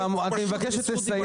הממשלה הזאת מנותקת.